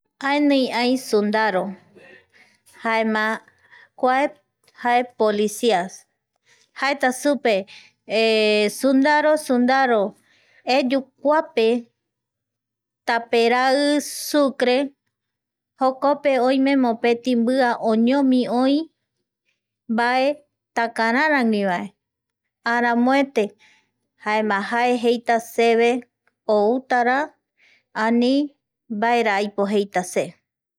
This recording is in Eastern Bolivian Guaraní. Aenii ai sundaro jaema kua jae policia jaeta supe sundaro ,sundaro, eyu kuape taperai sucre jokope oime mopeti mbia oñomi oi mbae takararaguivae aramoete jaema jae jeita seve outara ani mbaera aipo jeita seve.